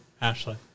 Ashley